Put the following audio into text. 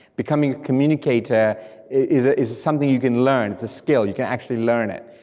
becoming a communicator is ah is something you can learn, it's a skill, you can actually learn it.